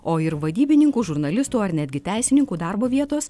o ir vadybininkų žurnalistų ar netgi teisininkų darbo vietos